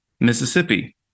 Mississippi